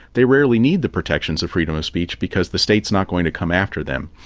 they rarely need the protections of freedom of speech because the state is not going to come after them.